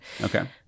Okay